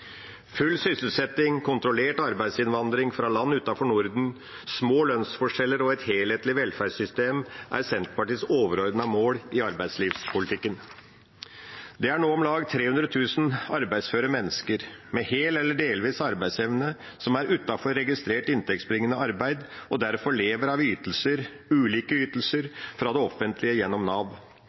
Full sysselsetting, kontrollert arbeidsinnvandring fra land utenfor Norden, små lønnsforskjeller og et helhetlig velferdssystem er Senterpartiets overordnede mål i arbeidslivspolitikken. Det er nå om lag 300 000 arbeidsføre mennesker med hel eller delvis arbeidsevne som er utenfor registrert inntektsbringende arbeid og derfor lever av ulike ytelser fra det offentlige gjennom Nav.